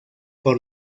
por